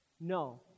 No